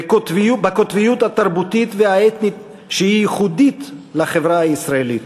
בקוטביות התרבותית והאתנית שהיא ייחודית לחברה הישראלית.